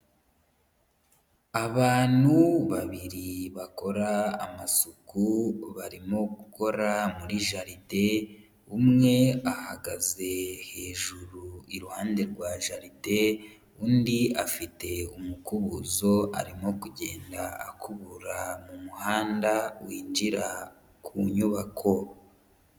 Abantu babiri bakora amasuku, barimo gukora muri jardin, umwe ahagaze hejuru iruhande rwa jardin, undi afite umukubuzo arimo kugenda akubura mu muhanda winjira ku nyubako.